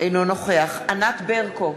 אינו נוכח ענת ברקו,